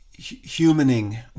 humaning